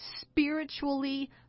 spiritually